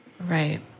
right